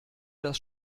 das